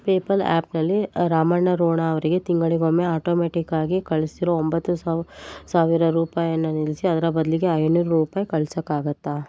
PayPal ಆ್ಯಪ್ನಲ್ಲಿ ರಾಮಣ್ಣ ರೋಣ ಅವರಿಗೆ ತಿಂಗಳಿಗೊಮ್ಮೆ ಆಟೋಮೆಟ್ಟಿಕ್ಕಾಗಿ ಕಳಿಸ್ತಿರೋ ಒಂಬತ್ತು ಸಾವ ಸಾವಿರ ರೂಪಾಯಿಯನ್ನ ನಿಲ್ಲಿಸಿ ಅದರ ಬದಲಿಗೆ ಐನೂರು ರೂಪಾಯಿ ಕಳ್ಸೋಕ್ಕಾಗತ್ತಾ